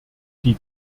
die